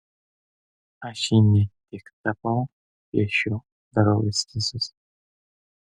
aš jį ne tik tapau piešiu darau eskizus